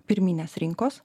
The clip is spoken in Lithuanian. pirminės rinkos